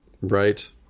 Right